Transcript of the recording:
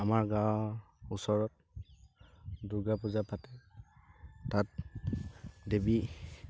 আমাৰ গাঁৱৰ ওচৰত দুৰ্গা পূজা পাতে তাত দেৱী